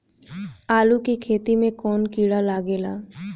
आलू के खेत मे कौन किड़ा लागे ला?